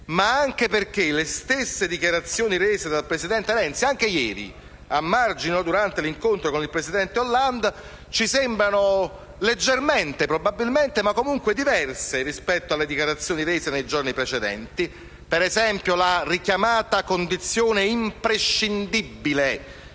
ma anche perché le stesse dichiarazioni rese dal presidente Renzi anche ieri a margine o durante l'incontro con il presidente Hollande ci sembrano probabilmente leggermente, ma comunque diverse da quelle rese nei giorni precedenti. Per esempio, la richiamata condizione imprescindibile